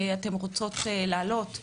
אתם רוצות להעלות,